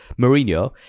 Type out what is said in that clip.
Mourinho